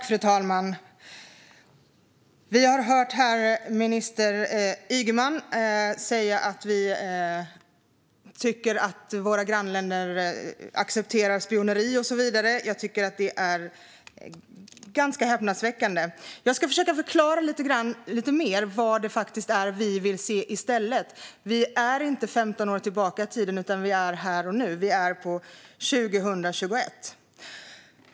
Fru talman! Vi har hört minister Ygeman säga att vi tycker att våra grannländer accepterar spioneri och så vidare. Jag tycker att det är ganska häpnadsväckande. Jag ska försöka förklara lite mer vad det faktiskt är som vi vill se i stället. Vi är inte 15 år tillbaka i tiden, utan vi är här och nu, 2021.